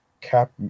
Cap